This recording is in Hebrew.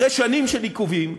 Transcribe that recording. אחרי שנים של עיכובים,